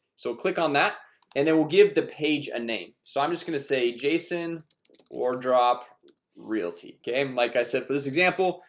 so click on that and then we'll give the page a name so i'm just gonna say jason or drop realty okay. like i said for this example,